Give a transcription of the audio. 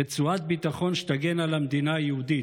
רצועת ביטחון שתגן על המדינה היהודית,